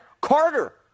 Carter